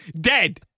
dead